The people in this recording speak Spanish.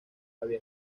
había